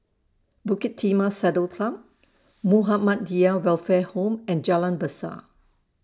Bukit Timah Saddle Club Muhammadiyah Welfare Home and Jalan Besar